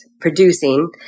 producing